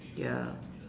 ya